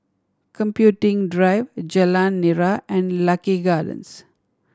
Computing Drive Jalan Nira and Lucky Gardens